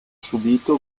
subito